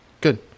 good